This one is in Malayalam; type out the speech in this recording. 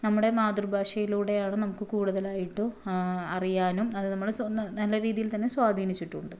നമ്മുടെ മാതൃഭാഷയിലൂടെയാണ് നമുക്ക് കൂടുതലായിട്ടും അറിയാനും അത് നമ്മളെ സോന്ന് നല്ല രീതിയിൽ തന്നെ സ്വാധീനിച്ചിട്ടുണ്ട്